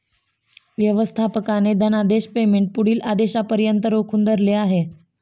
व्यवस्थापकाने धनादेश पेमेंट पुढील आदेशापर्यंत रोखून धरले आहे